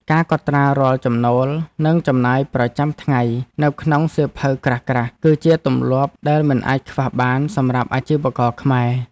ការកត់ត្រារាល់ចំណូលនិងចំណាយប្រចាំថ្ងៃនៅក្នុងសៀវភៅក្រាស់ៗ គឺជាទម្លាប់ដែលមិនអាចខ្វះបានសម្រាប់អាជីវករខ្មែរ។